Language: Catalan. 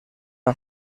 amb